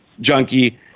junkie